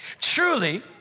Truly